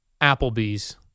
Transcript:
Applebee's